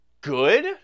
good